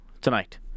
tonight